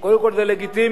קודם כול, זה לגיטימי.